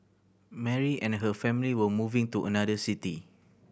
Mary and her family were moving to another city